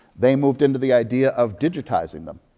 they moved into the idea of digitizing them.